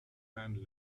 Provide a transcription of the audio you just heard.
man